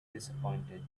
disappointed